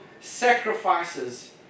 sacrifices